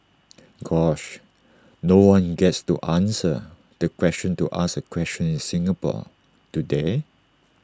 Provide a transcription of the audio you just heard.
gosh no one gets to answer the question to ask A question in Singapore do they